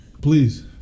Please